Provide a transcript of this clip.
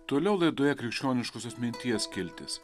toliau laidoje krikščioniškosios minties skiltis